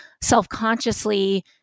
self-consciously